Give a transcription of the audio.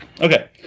Okay